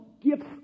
gifts